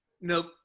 Nope